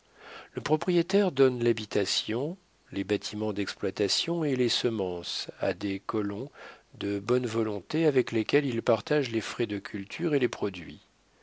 le propriétaire donne l'habitation les bâtiments d'exploitation et les semences à des colons de bonne volonté avec lesquels il partage les frais de culture et les produits